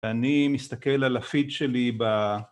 אני מסתכל על הפיד שלי ב...